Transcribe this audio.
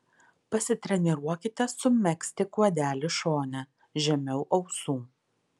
pasitreniruokite sumegzti kuodelį šone žemiau ausų